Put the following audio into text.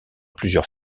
plusieurs